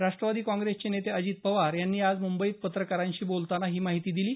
राष्ट्रवादी काँग्रेसचे नेते अजित पवार यांनी आज मुंबईत पत्रकारांशी बोलताना ही माहिती दिली आहे